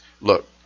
Look